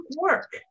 work